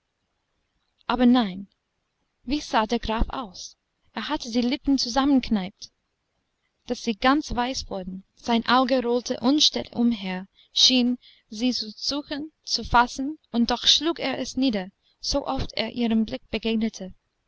aber nein wie sah der graf aus er hatte die lippen zusammengekneipt daß sie ganz weiß wurden sein auge rollte unstät umher schien sie zu suchen zu fassen und doch schlug er es nieder so oft er ihrem blick begegnete